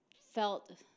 felt